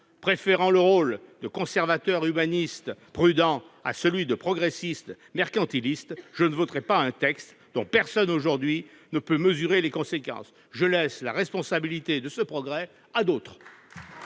Préférant le rôle de « conservateur humaniste » prudent à celui de « progressiste mercantiliste », je ne voterai pas un texte dont personne aujourd'hui ne peut mesurer les conséquences. Je laisse à d'autres la responsabilité de ce progrès ! La